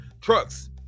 trucks